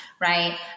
right